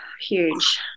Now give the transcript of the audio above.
huge